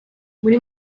muri